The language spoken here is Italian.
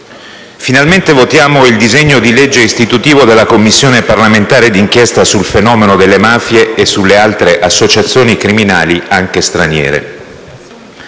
Finalmente votiamo il disegno di legge istitutivo della Commissione parlamentare di inchiesta sul fenomeno delle mafie e sulle altre associazioni criminali, anche straniere.